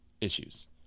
issues